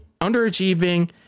Underachieving